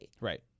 Right